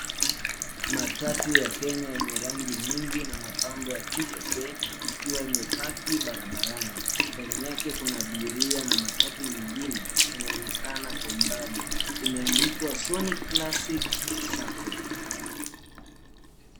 Matatu ya Kenya yenye rangi nyingi na mapambo ya kipekee, ikiwa imepaki barabarani .Ndani yake kukiwa na abiria na matatu nyingine inayo onekana kwa umbali .Imeandikwa Sony classic sacco.